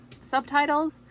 subtitles